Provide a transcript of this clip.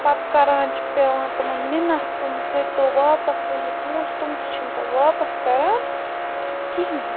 پَتہٕ کَران چھِ پٮ۪وان تِمَن مِنت تِم کٔرۍتو واپَس وۄنۍ یہِ پونٛسہٕ تِم تہِ چھِنہٕ پَتہٕ واپَس کَران کِہیٖنۍ نہٕ